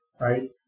right